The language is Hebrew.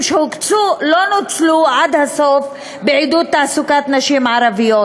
שהוקצו לא נוצלו עד הסוף לעידוד תעסוקת נשים ערביות.